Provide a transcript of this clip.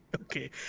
Okay